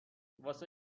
واسه